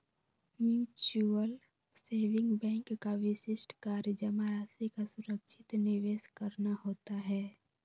mutual saving bank का विशिष्ट कार्य जमा राशि का सुरक्षित निवेश करना होता है